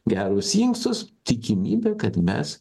gerus inkstus tikimybė kad mes